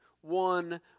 one